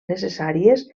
necessàries